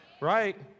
Right